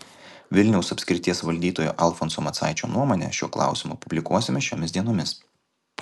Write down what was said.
vilniaus apskrities valdytojo alfonso macaičio nuomonę šiuo klausimu publikuosime šiomis dienomis